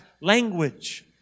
language